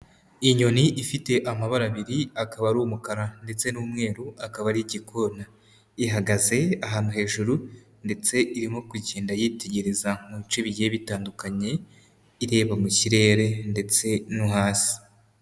Inyoni ifite amabara abiri, akaba ari umukara ndetse n'umweru akaba ari igikona, ihagaze ahantu hejuru ndetse irimo kugenda yitegereza mu bice bigiye bitandukanye, ireba mu kirere ndetse no hasi.